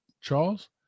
Charles